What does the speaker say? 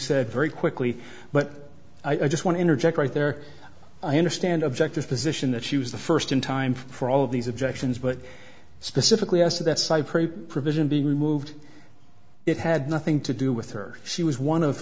said very quickly but i just want to interject right there i understand objective position that she was the first in time for all of these objections but specifically asked that cypre provision be removed it had nothing to do with her she was one of